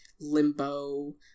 limbo